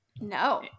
No